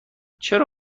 چرا